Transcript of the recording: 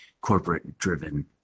corporate-driven